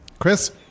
Chris